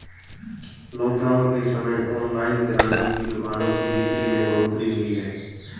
lockdown के समय online किराने की दुकानों की बिक्री में बढ़ोतरी हुई है